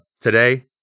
today